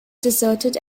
deserted